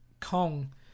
Kong